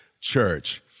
church